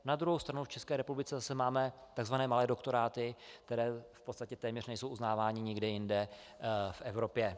Na druhou stranu v České republice zase máme tzv. malé doktoráty, které v podstatě téměř nejsou uznávány nikde jinde v Evropě.